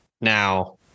Now